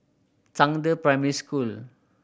Zhangde Primary School